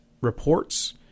reports